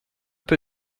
peu